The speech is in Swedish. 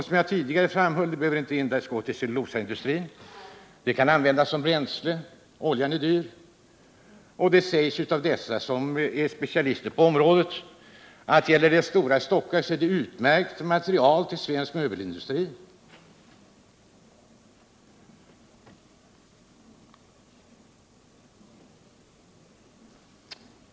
Som jag tidigare framhöll behöver det inte ens gå till cellulosaindustrin, utan det kan användas som bränsle — oljan är dyr — och det sägs av dem som är specialister på området att stora stockar t.o.m. är ett utmärkt material för svensk möbelindustri.